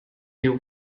your